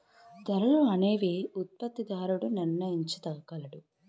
ధరలు అనేవి ఉత్పత్తిదారుడు నిర్ణయించగలడు